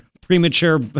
Premature